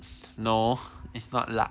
no it's not luck